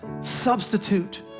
substitute